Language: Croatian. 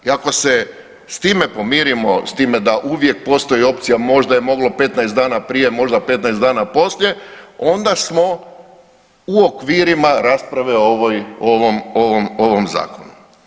I ako se s time pomirimo, s time da uvijek postoji opcija možda je moglo 15 dana prije, možda 15 dana poslije onda smo u okvirima rasprave o ovoj, o ovom, ovom zakonu.